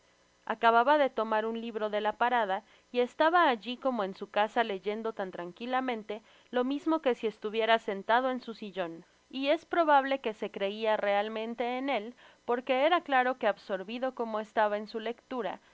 acababa de tomar un libro de la parada y estaba alli como en su casa leyendo tan tranquilamente lo mismo que si estuviera sentado en su sillon y es probable que se creia realmente en el porque era claro que absurvido como estaba en su lectura